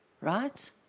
Right